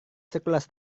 sekelas